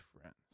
friends